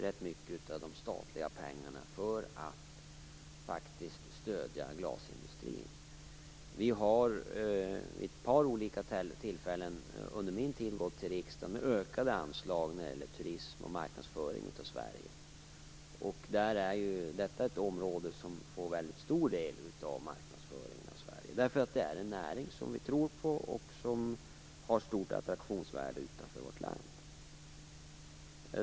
Rätt mycket av de statliga pengarna används faktiskt till att stödja glasindustrin. Vid ett par olika tillfällen under min tid som minister har vi gått till riksdagen med förslag om ökade anslag när det gäller turism och marknadsföring av Sverige. Detta område får en väldigt stor del av marknadsföringen av Sverige. Det är nämligen en näring som vi tror på och som har ett stort attraktionsvärde utanför vårt land.